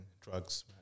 drugs